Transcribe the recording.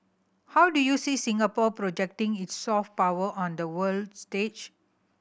how do you see Singapore projecting its soft power on the world stage